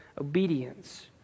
obedience